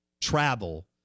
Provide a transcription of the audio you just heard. travel